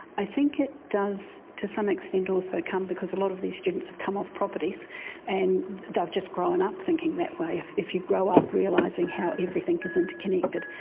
i think it does to some extent also come because a lot of these students have come off properties and they've just grown up thinking that way. if if you grow up realising how everything is interconnected,